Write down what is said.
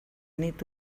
nit